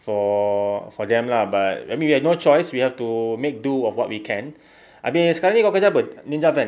for for them lah but I mean we have no choice we have to make do of what we can abeh sekarang ni kau kerja apa ninja van eh